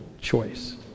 choice